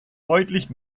deutlich